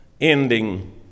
ending